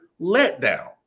letdown